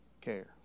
care